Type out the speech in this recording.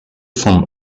from